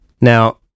Now